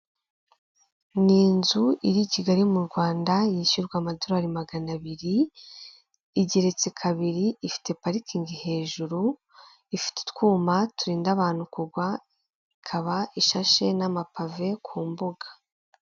Ni inzu iri kigali m'u Rwanda yishyurwa amadolari magana abiri, igeretse kabiri ifite parikingi hejuru, ifite utwuma turinda abantu kugwa ikaba ishashe n'amapave ku mbuga.